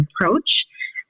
approach